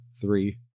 three